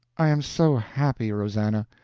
i am so happy, rosannah.